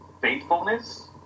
faithfulness